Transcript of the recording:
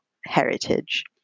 heritage